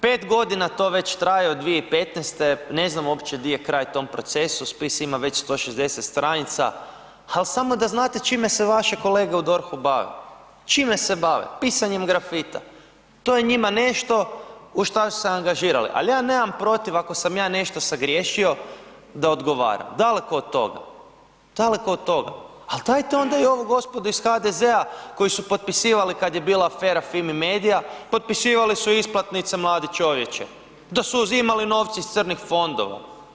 5 godina to već traje od 2015. ne znam uopće gdje je kraj tome procesu, spis ima već 160 stranica, ali samo da znate čime se vaše kolege u DORH-u bave, čime se bave, pisanjem grafita to je njima nešto u šta su se angažirali, ali ja nemam protiv ako sam ja nešto sagriješio da odgovaram, daleko od toga, daleko od toga, ali dajte onda i ovu gospodu iz HDZ-a koji su potpisivali kad je bila afera Fimi medija, potpisivali su isplatnice mladi čovječe, da su uzimani novci iz crnih fondova.